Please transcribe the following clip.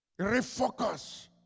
refocus